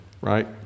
right